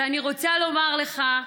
ואני רוצה לומר לך,